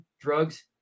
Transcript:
drugs